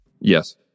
Yes